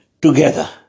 together